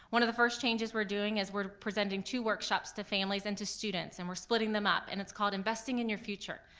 one of the first changes we're doing is we're presenting two workshops to families and to students, and we're splitting them up, and it's called investing in your future,